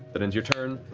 that ends your turn.